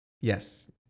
Yes